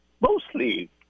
mostly